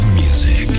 music